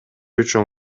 үчүн